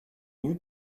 new